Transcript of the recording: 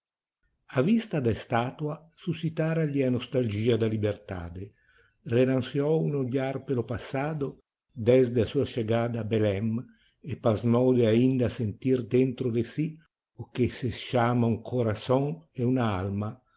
a vista da estatua suscitara lhe a nostalgia da liberdade relanceou um olhar pelo passado desde a sua chegada a belém e pasmou de ainda sentir dentro de si o que se chama um coração e uma alma